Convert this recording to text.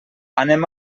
anem